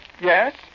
Yes